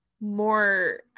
more